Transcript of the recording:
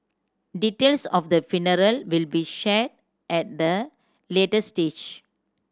details of the funeral will be shared at a later stage